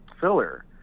filler